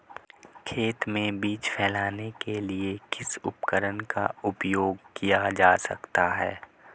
खेत में बीज फैलाने के लिए किस उपकरण का उपयोग किया जा सकता है?